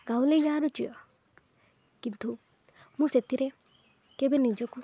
ଗାଉଁଲି ଗାଁର ଝିଅ କିନ୍ତୁ ମୁଁ ସେଥିରେ କେବେ ନିଜକୁ